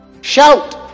Shout